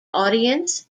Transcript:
audience